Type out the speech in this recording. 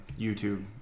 YouTube